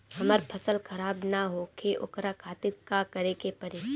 हमर फसल खराब न होखे ओकरा खातिर का करे के परी?